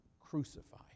crucify